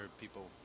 people